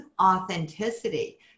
authenticity